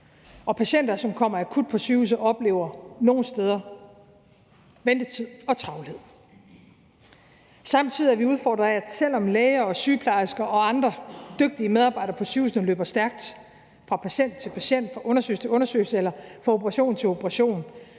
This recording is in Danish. Og patienter, som kommer akut på sygehus, oplever nogle steder ventetid og travlhed. Samtidig er vi udfordret af, at selv om læger og sygeplejersker og andre dygtige medarbejdere på sygehusene løber stærkt, fra patient til patient, fra undersøgelse til undersøgelse eller fra operation til operation,